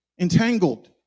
entangled